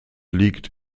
liegt